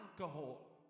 alcohol